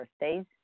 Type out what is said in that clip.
birthdays